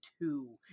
two